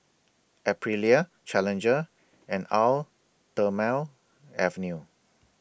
Aprilia Challenger and Eau Thermale Avene